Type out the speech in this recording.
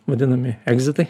vadinami egzitai